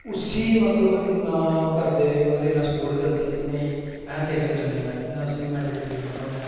उसी मतलब इन्ना करदे मतलब इन्ना स्पोर्ट करदे कि नेईं अस तेरे कन्नै ऐ इन्ना ठीक मैडिकल ट्रीटमैंट होंदा ऐ